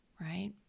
right